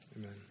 Amen